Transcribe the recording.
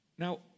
Now